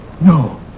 No